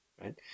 right